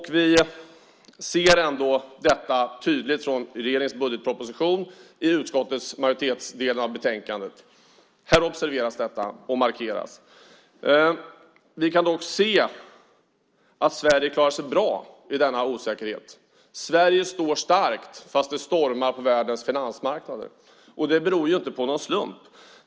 Vi ser ändå detta tydligt i regeringens budgetproposition, i utskottets majoritetsdel av betänkandet. Här observeras detta och markeras. Vi kan dock se att Sverige klarar sig bra i denna osäkerhet. Sverige står starkt fast det stormar på världens finansmarknader. Det beror inte på någon slump.